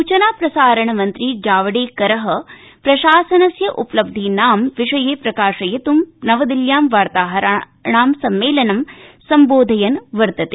सूचना प्रसारण मन्त्री प्रकाश जावडेकर प्रशासनस्य उपलब्धिनां विषये प्रकाशयिंत् नवदिल्ल्यां वार्ताहराणां सम्मेलनं सम्बोधयन्नस्ति